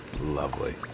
Lovely